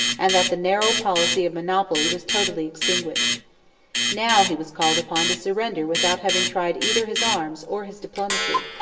and that the narrow policy of monopoly was totally extinguished now he was called upon to surrender without having tried either his arms or his diplomacy.